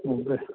okay